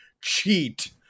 Cheat